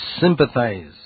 sympathize